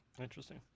interesting